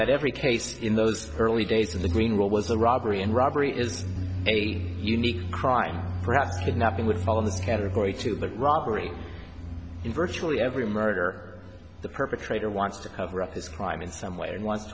that every case in those early days of the green world was a robbery and robbery is a unique crime perhaps kidnapping would fall in the category to the robbery in virtually every murder the perpetrator wants to cover up his crime in some way and wants